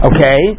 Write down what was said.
Okay